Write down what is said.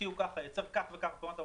שהשקיעו כך ויצר כך וכך מקומות עבודה,